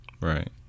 Right